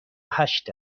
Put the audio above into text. هشت